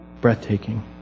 breathtaking